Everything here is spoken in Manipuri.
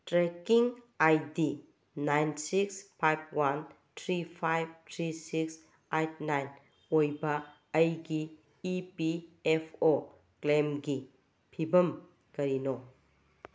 trekking I D nine six five one three five three six eight nine ꯑꯣꯏꯕ ꯑꯩꯒꯤ ꯏ ꯄꯤ ꯑꯦꯐ ꯑꯣ ꯀ꯭ꯂꯦꯝꯒꯤ ꯐꯤꯕꯝ ꯀꯔꯤꯅꯣ